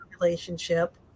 relationship